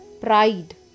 pride